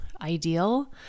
ideal